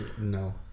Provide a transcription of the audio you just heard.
No